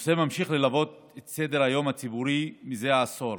הנושא ממשיך ללוות את סדר-היום הציבורי מזה עשור,